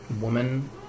woman